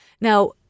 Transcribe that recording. Now